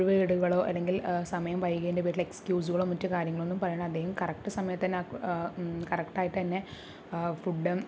ഒഴിവ് കേടുകളോ അല്ലെങ്കിൽ സമയം വൈകിയേൻ്റെ പേരിൽ എക്സ്ക്യൂസുകളോ മറ്റു കാര്യങ്ങളൊന്നും പറയാണ്ട് അദ്ദേഹം കറക്റ്റ് സമയത്ത് തന്നെ ആ കറക്റ്റായിട്ട് തന്നെ ഫുഡും